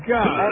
God